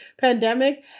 pandemic